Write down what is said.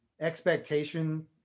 expectation